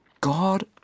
God